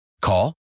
Call